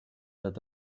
that